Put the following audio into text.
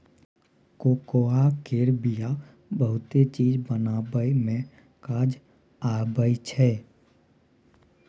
cocoa केर बिया बहुते चीज बनाबइ मे काज आबइ छै